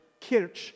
kirch